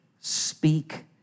speak